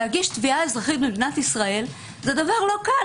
להגיש תביעה אזרחית במדינת ישראל זה לא קל.